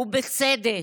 ובצדק.